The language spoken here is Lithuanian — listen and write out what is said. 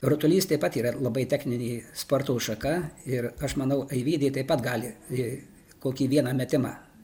rutulys taip pat yra labai techninė sporto šaka ir aš manau eivydei taip pat gali kokį vieną metimą